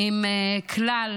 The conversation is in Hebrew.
עם כלל